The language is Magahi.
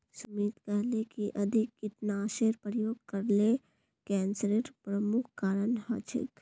सुमित कहले कि अधिक कीटनाशेर प्रयोग करले कैंसरेर प्रमुख कारण हछेक